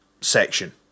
section